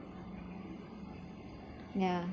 yeah